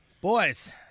Boys